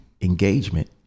engagement